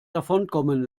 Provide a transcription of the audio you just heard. davonkommen